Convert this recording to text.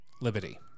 liberty